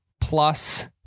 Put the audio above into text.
plus